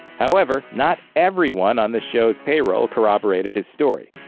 however, not everyone on the show's payroll corroborated his story.